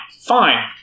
fine